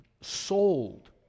sold